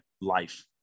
life